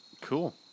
Cool